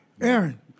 Aaron